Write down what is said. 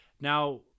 Now